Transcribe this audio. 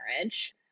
marriage